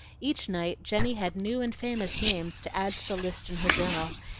each night jenny had new and famous names to add to the list in her journal,